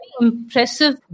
impressive